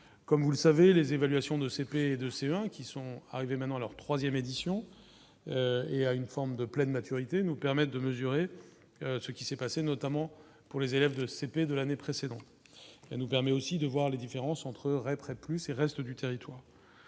comme vous le savez, les évaluations de CP et de CE1 qui sont arrivés maintenant leur 3ème édition il y a une forme de pleine maturité nous permettent de mesurer ce qui s'est passé, notamment pour les élèves de CP de l'année précédente, elle nous permet aussi de voir les différences entre Ray près plus et reste du territoire,